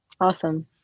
Awesome